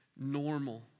normal